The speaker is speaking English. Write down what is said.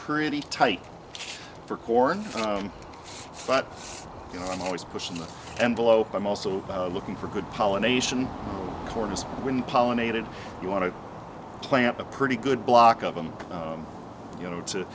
pretty tight for corn but you know i'm always pushing the envelope i'm also looking for good pollination corners when pollinated you want to plant a pretty good block of them you know to